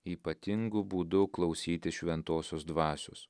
ypatingu būdu klausytis šventosios dvasios